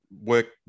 work